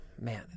man